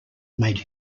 made